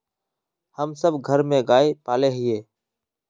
हम सब घर में गाय पाले हिये?